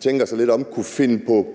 tænker sig lidt om, kunne komme i tanke om